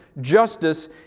justice